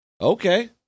okay